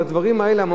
על הדברים האלה,